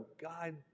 God